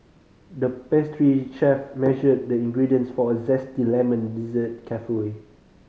the pastry chef measured the ingredients for a zesty lemon dessert carefully